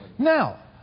Now